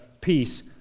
peace